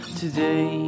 today